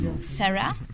Sarah